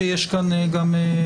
שבתחומו נמצאת הקלפי,